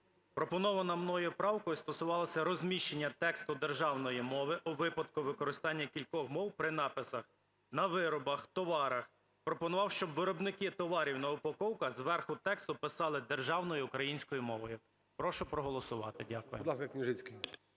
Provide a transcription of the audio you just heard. Пропонована мною правка стосувалася розміщення тексту державної мови у випадку використання кількох мов при написах на виробах, товарах; пропонував, щоб виробники товарів на упаковках зверху тексту писали державною українською мовою. Прошу проголосувати. Дякую.